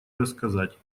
рассказать